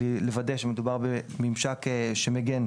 לוודא שמדובר שממשק שמגן,